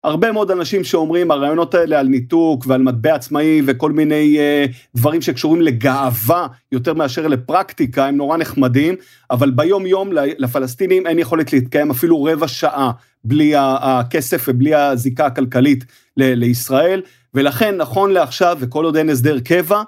הרבה מאוד אנשים שאומרים הרעיונות האלה על ניתוק ועל מטבע עצמאי וכל מיני דברים שקשורים לגאווה יותר מאשר לפרקטיקה הם נורא נחמדים אבל ביום יום לפלסטינים אין יכולת להתקיים אפילו רבע שעה בלי הכסף ובלי הזיקה הכלכלית לישראל ולכן נכון לעכשיו וכל עוד אין הסדר קבע